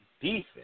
defense